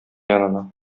янына